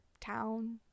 town